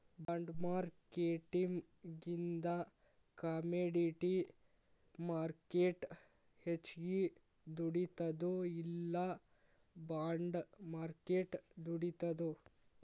ಬಾಂಡ್ಮಾರ್ಕೆಟಿಂಗಿಂದಾ commodity market ಹೆಚ್ಗಿ ದುಡಿತದೊ ಇಲ್ಲಾ ಬಾಂಡ್ ಮಾರ್ಕೆಟ್ ದುಡಿತದೊ?